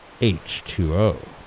H2O